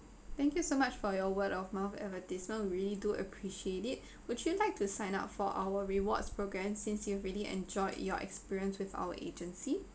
thank you so much for your word of mouth advertisement really do appreciate it would you like to sign up for our rewards program since you really enjoyed your experience with our agency